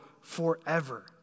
forever